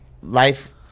Life